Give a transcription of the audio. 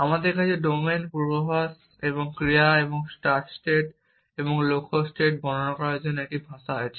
আমাদের কাছে ডোমেন পূর্বাভাস এবং ক্রিয়া এবং স্টার্ট স্টেট এবং লক্ষ্য স্টেট বর্ণনা করার জন্য একটি ভাষা আছে